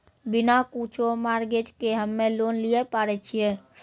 बिना कुछो मॉर्गेज के हम्मय लोन लिये पारे छियै?